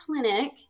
clinic